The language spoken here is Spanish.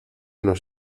nos